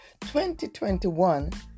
2021